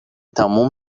تموم